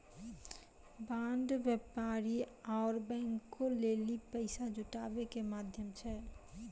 bond व्यापारी आरु बैंको लेली पैसा जुटाबै के माध्यम छै